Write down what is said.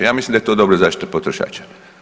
Ja mislim da je to dobra zaštita potrošača.